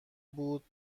بود